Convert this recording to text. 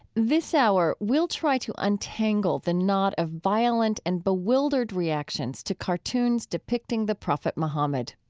this hour, we'll try to untangle the knot of violent and bewildered reactions to cartoons depicting the prophet muhammad.